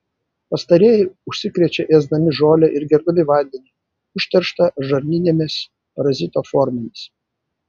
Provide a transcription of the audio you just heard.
pastarieji užsikrečia ėsdami žolę ir gerdami vandenį užterštą žarninėmis parazito formomis